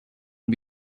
and